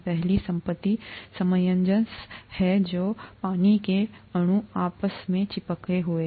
पहली संपत्ति सामंजस्य है जो है पानी के अणु आपस में चिपके हुए